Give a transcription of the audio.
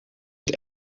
het